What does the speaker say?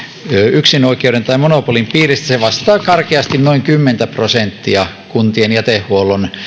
yksinoikeuden tai monopolin piiristä se vastaa karkeasti noin kymmentä prosenttia kuntien jätehuollon